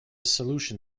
solution